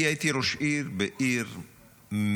כי הייתי ראש עיר בעיר מעולה,